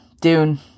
Dune